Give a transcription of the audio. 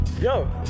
yo